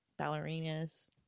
ballerinas